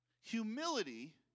Humility